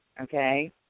okay